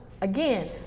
Again